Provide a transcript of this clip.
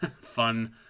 fun